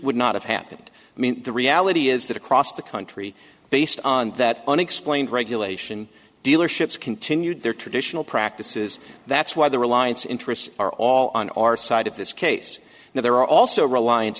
would not have happened i mean the reality is that across the country based on that unexplained regulation dealerships continued their traditional practices that's why the reliance interests are all on our side of this case now there are also reliance